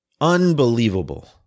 Unbelievable